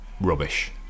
rubbish